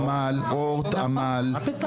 עמל, אמי"ת.